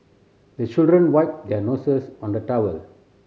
the children wipe their noses on the towel